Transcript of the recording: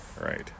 Right